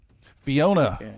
fiona